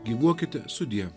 gyvuokite sudie